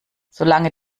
solange